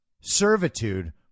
servitude